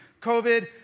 COVID